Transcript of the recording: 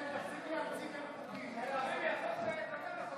(קוראת בשמות חברי הכנסת)